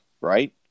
right